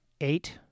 eight